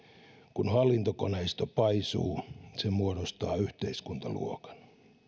kun hallintokoneisto paisuu se muodostaa yhteiskuntaluokan